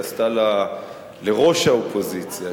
לראש האופוזיציה,